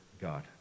God